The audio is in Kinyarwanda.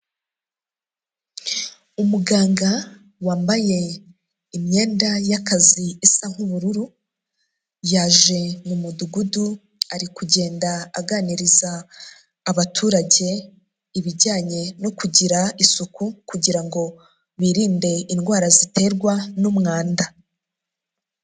Umuganga wambaye imyenda y'akazi isa nk'ubururu yaje mu mudugudu ari kugenda aganiriza abaturage ibijyanye no kugira isuku kugira ngo birinde indwara ziterwa n'umwanda.